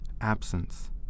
Absence